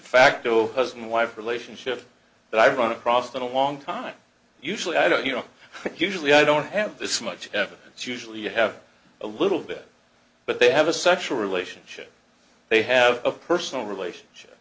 facto husband wife relationship but i run across that a long time usually i don't you know usually i don't have this much evidence usually you have a little bit but they have a sexual relationship they have a personal relationship